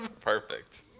Perfect